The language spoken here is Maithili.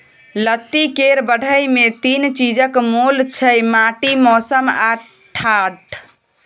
लत्ती केर बढ़य मे तीन चीजक मोल छै माटि, मौसम आ ढाठ